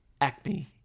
ACME